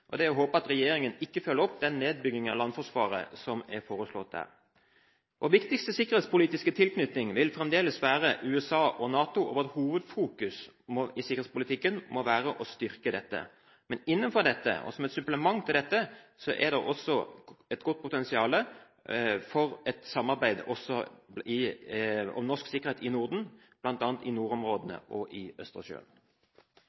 at regjeringen ikke følger opp den nedbyggingen av landforsvaret som er foreslått der. Vår viktigste sikkerhetspolitiske tilknytning vil fremdeles være USA og NATO, og vårt hovedfokus i sikkerhetspolitikken må være å styrke dette. Men innenfor dette, som et supplement til dette, er det også et godt potensial for et samarbeid også om norsk sikkerhet i Norden, bl.a. i nordområdene